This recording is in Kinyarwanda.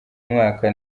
mwaka